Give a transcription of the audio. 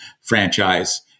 franchise